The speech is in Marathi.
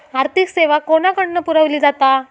आर्थिक सेवा कोणाकडन पुरविली जाता?